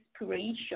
inspiration